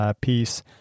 piece